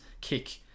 kick